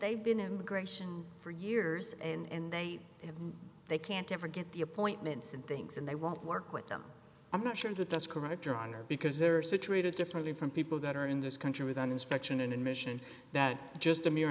they've been immigration for years and they have they can't ever get the appointments and things and they won't work with them i'm not sure that that's correct your honor because there are situated differently from people that are in this country with an inspection an admission that just a mere